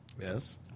Yes